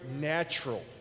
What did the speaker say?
natural